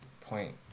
point